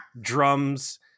drums